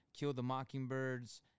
killthemockingbirds